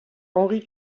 henri